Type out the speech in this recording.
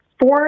four